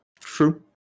true